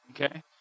Okay